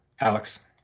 Alex